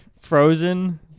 frozen